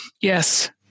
Yes